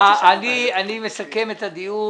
אני מסכם את הדיון,